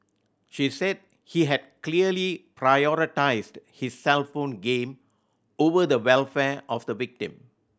she said he had clearly prioritised his cellphone game over the welfare of the victim